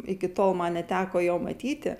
iki tol man neteko jo matyti